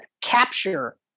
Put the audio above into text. capture